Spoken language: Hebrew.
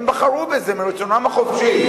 הם בחרו את בזה מרצונם החופשי.